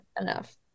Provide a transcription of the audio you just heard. enough